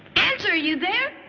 answer! are you there?